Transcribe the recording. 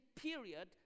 period